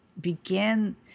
began